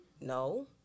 no